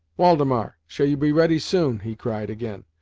waldemar, shall you be ready soon? he cried again,